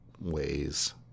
ways